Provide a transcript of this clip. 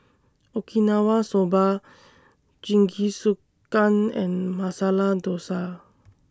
Okinawa Soba Jingisukan and Masala Dosa